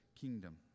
kingdom